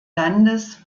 landes